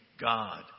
God